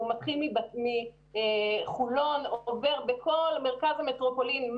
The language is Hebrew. הוא מתחיל מחולון ועובר בכל מרכז המטרופולין.